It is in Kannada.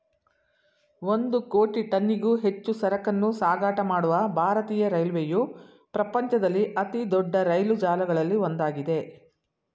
ಒಂದು ಕೋಟಿ ಟನ್ನಿಗೂ ಹೆಚ್ಚು ಸರಕನ್ನೂ ಸಾಗಾಟ ಮಾಡುವ ಭಾರತೀಯ ರೈಲ್ವೆಯು ಪ್ರಪಂಚದಲ್ಲಿ ಅತಿದೊಡ್ಡ ರೈಲು ಜಾಲಗಳಲ್ಲಿ ಒಂದಾಗಿದೆ